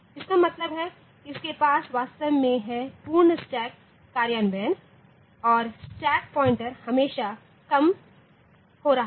इसका मतलब है इसके पास वास्तव में है पूर्ण स्टैक कार्यान्वयन है और स्टैक पॉइंटर हमेशा कम हो रहा है